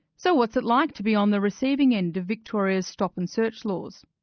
so what's it like to be on the receiving end of victoria's stop and search laws?